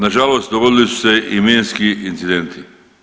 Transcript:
Na žalost dogodili su se i minski incidenti.